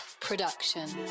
production